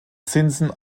zinsen